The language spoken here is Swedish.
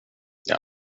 jag